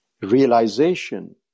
realization